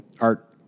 art